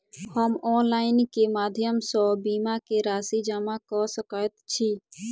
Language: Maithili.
हम ऑनलाइन केँ माध्यम सँ बीमा केँ राशि जमा कऽ सकैत छी?